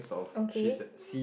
okay